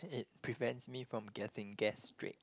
and it prevents me from getting gastric